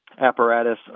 apparatus